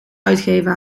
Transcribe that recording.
uitgeven